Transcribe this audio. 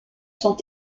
sont